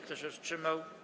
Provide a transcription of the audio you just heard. Kto się wstrzymał?